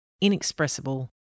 inexpressible